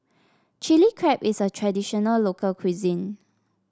Chili Crab is a traditional local cuisine